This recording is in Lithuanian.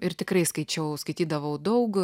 ir tikrai skaičiau skaitydavau daug